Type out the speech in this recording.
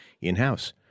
in-house